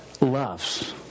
loves